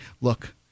Look